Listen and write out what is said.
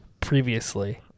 previously